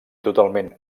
totalment